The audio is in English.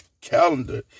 calendar